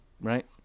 right